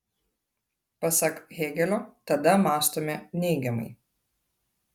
pasak hėgelio tada mąstome neigiamai